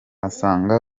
asanga